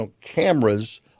cameras